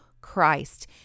Christ